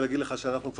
החולשה של הכנסת,